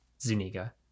Zuniga